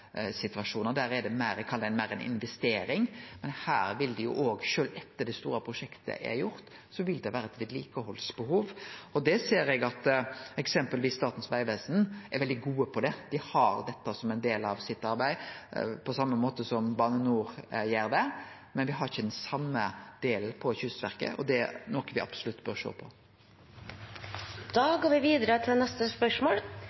er i ein annan situasjon; der kan ein meir kalle det ei investering. Men her vil det jo, sjølv etter at det store prosjektet er gjort, vere eit vedlikehaldsbehov. Eg ser at eksempelvis Statens vegvesen er veldig gode på det. Dei har dette som ein del av sitt arbeid, på same måten som Bane NOR gjer det. Men me har ikkje den same delen i Kystverket, og det er noko me absolutt bør sjå